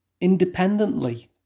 independently